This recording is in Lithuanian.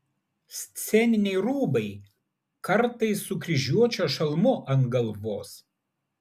sceniniai rūbai kartais su kryžiuočio šalmu ant galvos